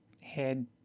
head